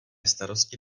starosti